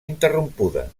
interrompuda